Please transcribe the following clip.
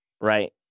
right